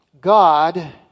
God